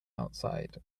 outside